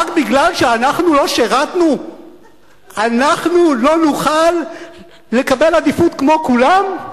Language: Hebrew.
רק בגלל שאנחנו לא שירתנו אנחנו לא נוכל לקבל עדיפות כמו כולם?